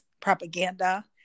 propaganda